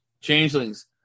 Changelings